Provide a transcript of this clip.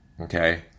Okay